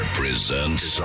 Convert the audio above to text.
presents